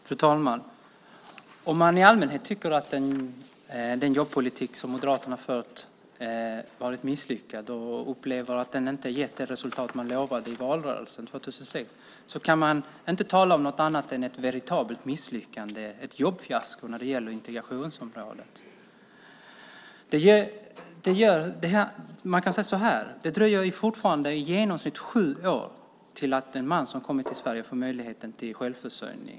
Fru talman! Om man i allmänhet tycker att den jobbpolitik som Moderaterna fört har varit misslyckad och upplever att den inte har gett det resultat de lovade i valrörelsen 2006 kan man inte tala om något annat än ett veritabelt misslyckande, ett jobbfiasko, när det gäller integrationsområdet. Det dröjer fortfarande i genomsnitt sju år innan en man som har kommit till Sverige får möjligheten till självförsörjning.